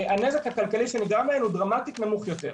הנזק הכלכלי שנגרם להם הוא דרמטית נמוך יותר.